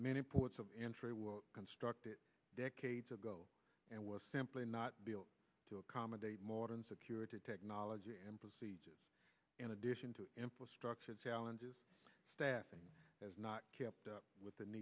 many ports of entry were constructed decades ago and was simply not built to accommodate more than security technology and procedures in addition to employ structured challenges staffing has not kept up with